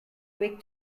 week